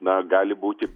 na gali būti